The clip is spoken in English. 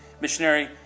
missionary